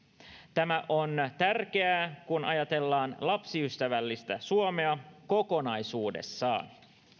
tämä on tärkeää kun ajatellaan lapsiystävällistä suomea kokonaisuudessaan